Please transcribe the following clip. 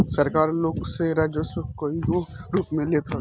सरकार लोग से राजस्व कईगो रूप में लेत हवे